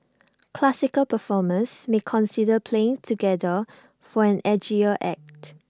classical performers may consider playing together for an edgier act